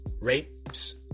rapes